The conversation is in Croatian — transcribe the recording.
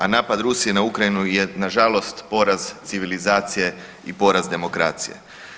A napad Rusije na Ukrajinu je nažalost poraz civilizacije i poraz demokracije.